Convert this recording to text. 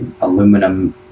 aluminum